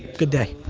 good day.